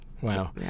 Wow